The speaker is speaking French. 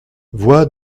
voix